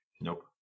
nope